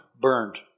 burned